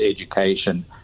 education